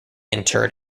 interred